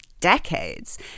decades